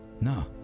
No